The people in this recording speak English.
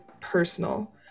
personal